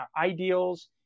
ideals